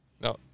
No